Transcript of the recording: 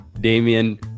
Damien